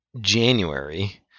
January